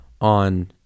on